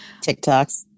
TikToks